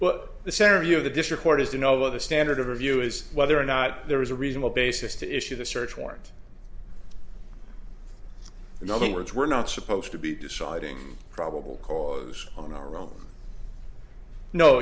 but the center you know the district court is you know the standard of review is whether or not there is a reasonable basis to issue the search warrant in other words we're not supposed to be deciding probable cause on our own no